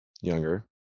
Younger